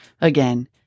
again